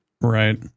Right